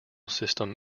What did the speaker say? system